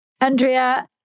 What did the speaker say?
Andrea